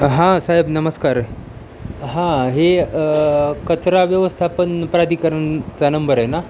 हा साहेब नमस्कार हा हे कचरा व्यवस्थापन प्राधिकरणचा नंबर आहे ना